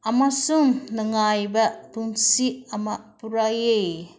ꯑꯃꯁꯨꯡ ꯅꯨꯡꯉꯥꯏꯕ ꯄꯨꯟꯁꯤ ꯑꯃ ꯄꯨꯔꯛꯏ